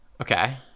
Okay